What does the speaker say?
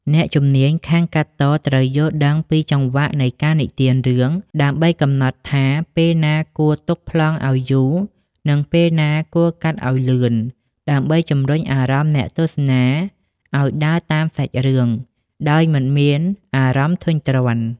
អ្នកជំនាញខាងកាត់តត្រូវយល់ដឹងពីចង្វាក់នៃការនិទានរឿង ដើម្បីកំណត់ថាពេលណាគួរទុកប្លង់ឱ្យយូរ និងពេលណាគួរកាត់ឱ្យលឿន ដើម្បីជម្រុញអារម្មណ៍អ្នកទស្សនាឱ្យដើរតាមសាច់រឿងដោយមិនមានអារម្មណ៍ធុញទ្រាន់។